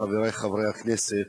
חברי חברי הכנסת,